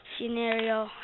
scenario